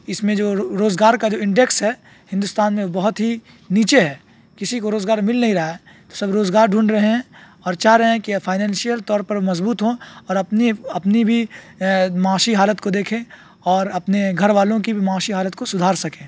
اس میں جو روزگار کا جو انڈکس ہے ہندوستان میں وہ بہت ہی نیچے ہے کسی کو روزگار مل نہیں رہا ہے سب روزگار ڈھونڈ رہے ہیں اور چاہ رہے ہیں کہ فائنینشیل طور پر مضبوط ہوں اور اپنی اپنی بھی معاشی حالت کو دیکھیں اور اپنے گھر والوں کی بھی معاشی حالت کو سدھار سکیں